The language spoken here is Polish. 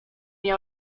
nie